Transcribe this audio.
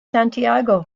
santiago